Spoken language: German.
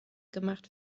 gemacht